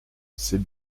c’est